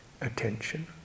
attention